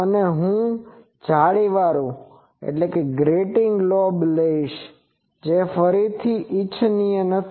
અને હું જાળીવાળું લોબ લઈશ જે ફરીથી ઇચ્છનીય નથી